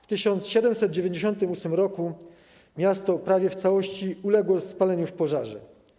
W 1798 r. miasto prawie w całości uległo spaleniu w pożarze.